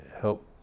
help